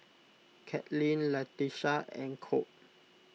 Katlin Latisha and Colt